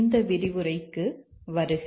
இந்த விரிவுரைக்கு வருக